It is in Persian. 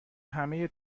همه